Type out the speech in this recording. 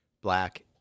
black